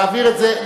להעביר את זה,